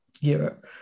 Europe